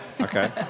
Okay